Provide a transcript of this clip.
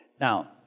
Now